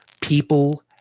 people